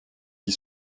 qui